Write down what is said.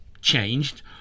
changed